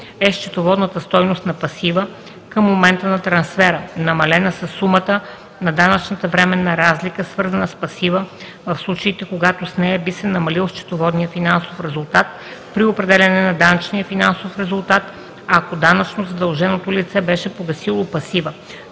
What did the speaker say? е счетоводната стойност на пасива към момента на трансфера, намалена със сумата на данъчната временна разлика, свързана с пасива, в случаите, когато с нея би се намалил счетоводният финансов резултат при определяне на данъчния финансов резултат, ако данъчно задълженото лице беше погасило пасива,